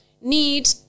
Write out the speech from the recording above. need